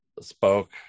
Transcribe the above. spoke